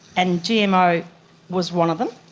and gmo was one of them.